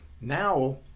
Now